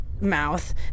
mouth